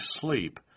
sleep